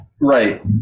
right